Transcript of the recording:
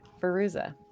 Veruza